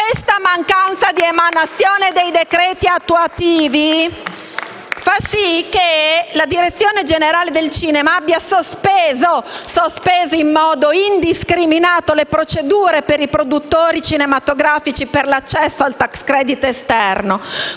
La non emanazione dei decreti attuativi ha fatto sì che la direzione generale del cinema abbia sospeso in modo indiscriminato le procedure per i produttori cinematografici per l’accesso al tax credit esterno,